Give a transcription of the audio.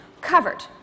covered